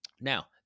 Now-